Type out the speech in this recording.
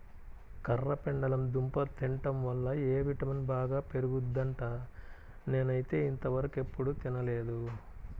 కర్రపెండలం దుంప తింటం వల్ల ఎ విటమిన్ బాగా పెరుగుద్దంట, నేనైతే ఇంతవరకెప్పుడు తినలేదు